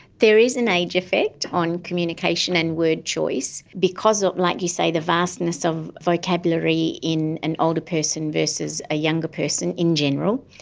there is an age effect on communication and word choice because, like you say, the vastness of vocabulary in an older person versus a younger person, in general,